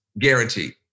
Guaranteed